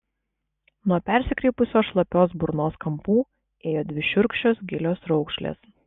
nuo persikreipusios šlapios burnos kampų ėjo dvi šiurkščios gilios raukšlės